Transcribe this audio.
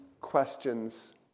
questions